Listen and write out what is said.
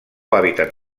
hàbitat